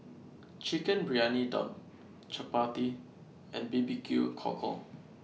Chicken Briyani Dum Chappati and B B Q Cockle